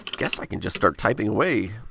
guess i can just start typing away.